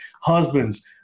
husbands